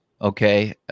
okay